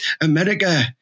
America